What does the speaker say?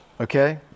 okay